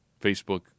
Facebook